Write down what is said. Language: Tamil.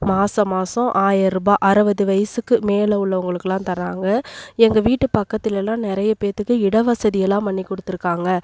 மாதம் மாதம் ஆயர ரூபா அறுபது வயசுக்கு மேலே உள்ளவங்களுக்கெல்லாம் தராங்க எங்கள் வீட்டு பக்கத்திலலாம் நிறைய பேத்துக்கு இட வசதியெல்லாம் பண்ணிக் கொடுத்துருக்காங்க